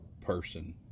person